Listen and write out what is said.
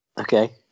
Okay